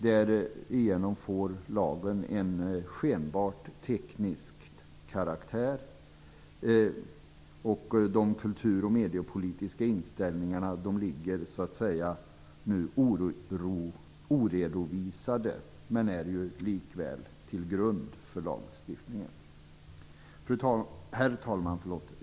Därigenom får lagen en skenbart teknisk karaktär. De kultur och mediepolitiska inställningarna ligger nu oredovisade, men är likväl till grund för lagstiftningen. Herr talman!